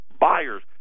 buyers